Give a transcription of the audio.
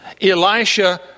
Elisha